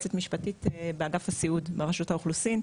יועצת משפטית באגף הסיעוד ברשות האוכלוסין.